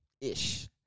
ish